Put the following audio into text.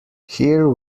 here